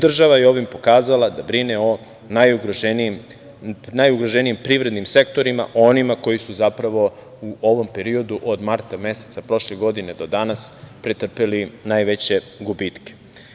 Država je ovim pokazala da brine o najugroženijim privrednim sektorima, o onima koji su zapravo u ovom periodu od marta meseca prošle godine do danas pretrpeli najveće gubitke.